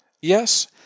Yes